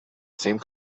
same